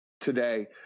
today